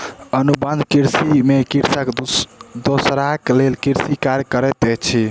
अनुबंध कृषि में कृषक दोसराक लेल कृषि कार्य करैत अछि